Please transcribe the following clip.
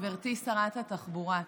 גברתי שרת התחבורה,